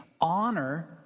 Honor